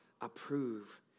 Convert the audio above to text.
approve